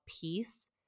peace